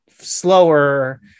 slower